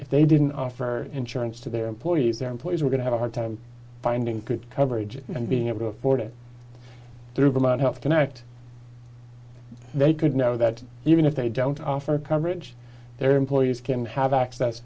if they didn't offer insurance to their employees their employees were going to have a hard time finding good coverage and being able to afford it through them and help connect they could now that even if they don't offer coverage their employees can have access